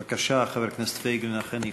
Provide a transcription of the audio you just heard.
בבקשה, חבר הכנסת פייגלין אכן יכול.